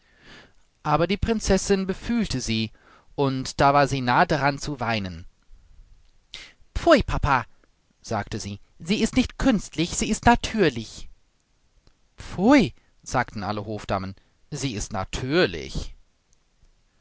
aber die prinzessin befühlte sie und da war sie nahe daran zu weinen pfui papa sagte sie sie ist nicht künstlich sie ist natürlich pfui sagten alle hofdamen sie ist natürlich